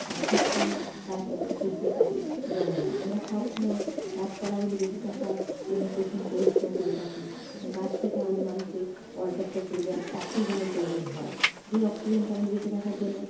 আর শীতকালে গাছ অত সূর্যের তাপে জ্বলে না আমরা সবসময় গাছপালাগুলি বেঁচে থাকার জন্য কঠিন পরিশ্রম করে থাকি কারণ গাছ থেকে আমাদের মানুষের পর্যাপ্ত পরিযান অক্সিজেনের প্রয়োজন হয় যেই অক্সিজেনটা আমাদের বেঁচে থাকার জন্য